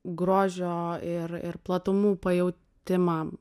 grožio ir ir platumų pajautimą